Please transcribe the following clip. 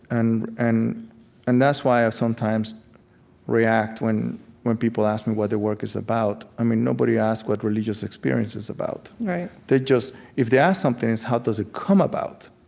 and and and that's why i sometimes react when when people ask me what the work is about. i mean nobody asks what religious experience is about right they just if they ask something, it's how does it come about?